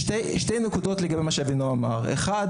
שתי נקודות לגבי מה שאמר אבינעם: ראשית,